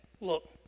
look